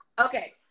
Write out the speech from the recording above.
Okay